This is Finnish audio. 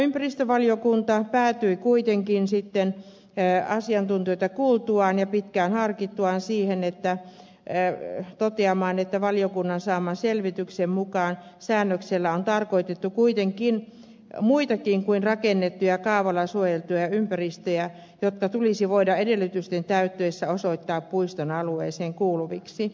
ympäristövaliokunta päätyi kuitenkin asiantuntijoita kuultuaan ja pitkään harkittuaan toteamaan että valiokunnan saaman selvityksen mukaan säännöksellä on tarkoitettu kuitenkin muitakin kuin rakennettuja kaavalla suojeltuja ympäristöjä jotka tulisi voida edellytysten täyttyessä osoittaa puiston alueeseen kuuluviksi